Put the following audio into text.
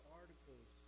articles